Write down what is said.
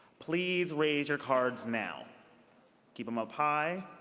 please raise your cards now keep them up high.